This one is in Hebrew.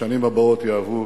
והשנים יעברו